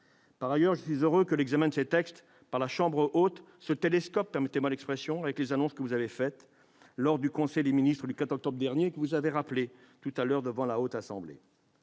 Par ailleurs, je suis heureux que l'examen de ces textes par la chambre haute se télescope, si je puis dire, avec les annonces que vous avez faites lors du conseil des ministres du 4 octobre dernier et que vous avez rappelées devant notre assemblée.